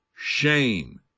Shame